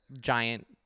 giant